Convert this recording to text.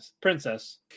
Princess